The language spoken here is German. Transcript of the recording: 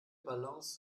balance